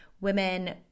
women